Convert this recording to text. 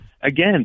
again